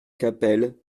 capelle